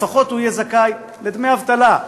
לפחות הוא יהיה זכאי לדמי אבטלה,